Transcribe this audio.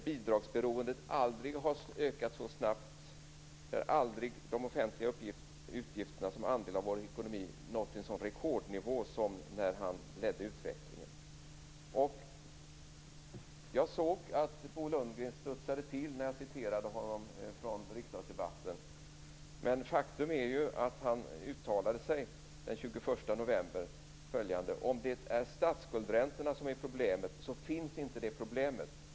Bidragsberoendet har aldrig ökat så snabbt, och de offentliga utgifterna som andel av vår ekonomi aldrig nått en sådan rekordnivå, som när Bo Jag såg att Bo Lundgren studsade till när jag citerade honom från riksdagsdebatten, men faktum är att han den 21 november uttalade sig så här: "Om det är statsskuldräntorna som är problemet så finns inte det problemet.